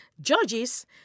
Judges